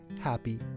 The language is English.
happy